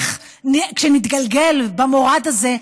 כשנתגלגל במורד הזה,